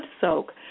soak